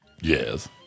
Yes